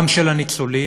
גם של הניצולים,